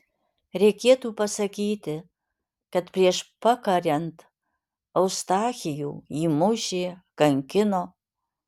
reikėtų pasakyti kad prieš pakariant eustachijų jį mušė kankino